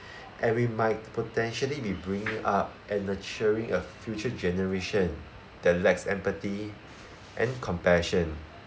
and we might potentially be bringing up and nurturing a future generation that lacks empathy and compassion